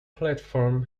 platform